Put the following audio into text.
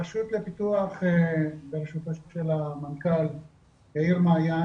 הרשות לפיתוח בראשותו של המנכ"ל יאיר מעין